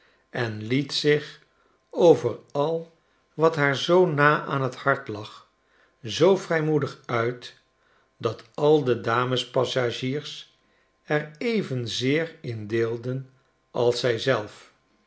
en liet zich over al wat haar zoo na aan t hart lag zoo vrijmoedig uit dat al de damespassagiers er evenzeer in deelden als zij zelf